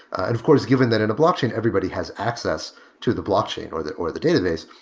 of course, given that in a blockchain everybody has access to the blockchain or the or the database.